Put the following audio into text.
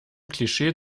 klischee